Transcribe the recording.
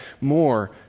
more